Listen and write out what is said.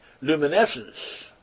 luminescence